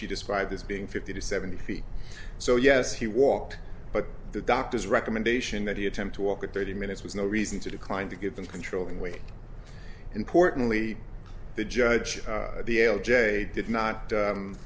he described as being fifty to seventy feet so yes he walked but the doctor's recommendation that he attempt to walk at thirty minutes was no reason to decline to give them controlling weight importantly the judge the l j did not